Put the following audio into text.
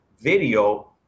video